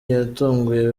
yatunguye